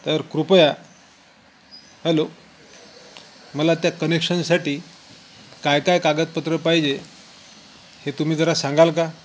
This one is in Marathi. तर कृपया हॅलो मला त्या कनेक्शनसाठी काय काय कागदपत्र पाहिजे हे तुम्ही जरा सांगाल का